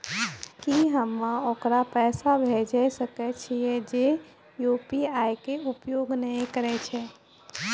की हम्मय ओकरा पैसा भेजै सकय छियै जे यु.पी.आई के उपयोग नए करे छै?